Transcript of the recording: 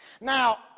Now